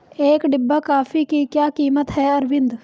एक डिब्बा कॉफी की क्या कीमत है अरविंद?